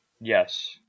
Yes